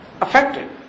affected